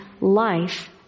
life